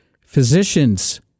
physicians